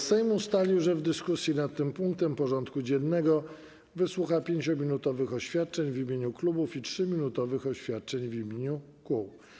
Sejm ustalił, że w dyskusji nad tym punktem porządku dziennego wysłucha 5-minutowych oświadczeń w imieniu klubów i 3-minutowych oświadczeń w imieniu kół.